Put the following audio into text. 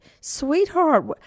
sweetheart